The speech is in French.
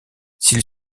s’il